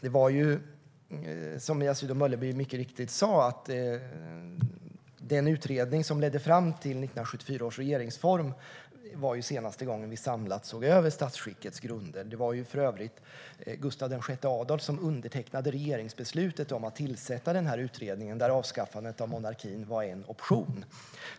Som Mia Sydow Mölleby mycket riktigt sa var den utredning som ledde fram till 1974 års regeringsform den senaste gången vi samlat såg över statsskickets grunder. Det var för övrigt Gustaf VI Adolf som undertecknade regeringsbeslutet om att tillsätta den utredningen, där avskaffandet av monarkin var en möjlighet.